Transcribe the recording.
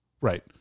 Right